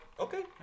Okay